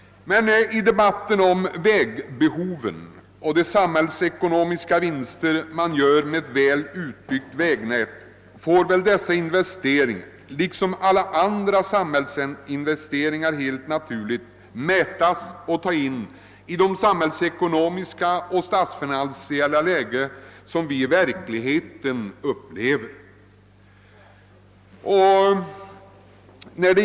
Vägbehoven och de samhällsekonomiska vinster som ett väl utbyggt vägnät leder till får, liksom när det gäller alla andra samhällsinvesteringar, ses mot bakgrund av det samhällsekonomiska och statsfinansiella läge som vi lever i.